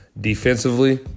defensively